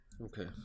okay